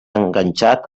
enganxat